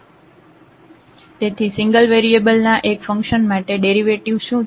તેથી single variable ના એક ફંકશન માટે ડેરિવેટિવ શું છે